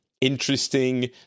interesting